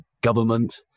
government